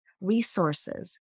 resources